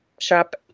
shop